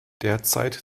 derzeit